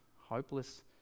hopeless